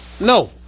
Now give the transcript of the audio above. no